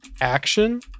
action